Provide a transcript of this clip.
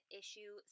issue